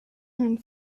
and